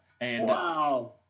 Wow